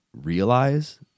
realize